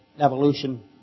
evolution